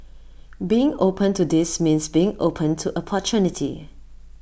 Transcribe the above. being open to this means being open to opportunity